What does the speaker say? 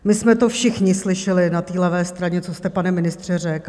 My jsme to všichni slyšeli na levé straně, co jste, pane ministře, řekl.